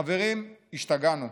חברים, השתגענו.